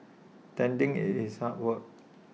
tending IT is hard work